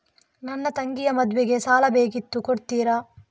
ನನ್ನ ತಂಗಿಯ ಮದ್ವೆಗೆ ಸಾಲ ಬೇಕಿತ್ತು ಕೊಡ್ತೀರಾ?